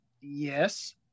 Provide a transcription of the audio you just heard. yes